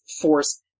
force